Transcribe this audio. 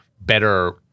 better